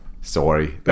Sorry